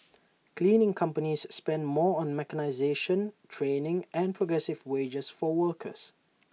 cleaning companies spend more on mechanisation training and progressive wages for workers